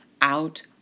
out